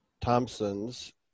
Thompson's